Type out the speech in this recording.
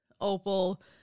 Opal